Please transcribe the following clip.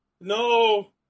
No